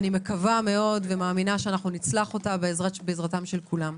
אני מקווה מאוד ומאמינה שנצלח אותה בעזרת כולם.